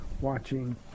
watching